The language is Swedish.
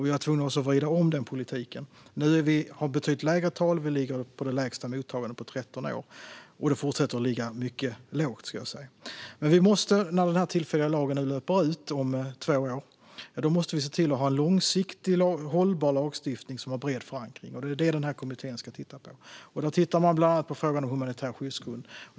Vi var tvungna att vrida om politiken. Nu har vi betydligt lägre tal. Vi ligger på det lägsta mottagandet på 13 år, och det fortsätter att ligga mycket lågt. När nu den här tillfälliga lagen löper ut om två år måste vi dock se till att ha en långsiktigt hållbar lagstiftning som har bred förankring. Det är det denna kommitté ska titta på. Bland annat tittar man på frågan om humanitär skyddsgrund.